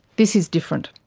this is different.